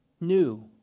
new